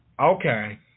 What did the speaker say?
Okay